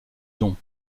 don